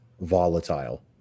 volatile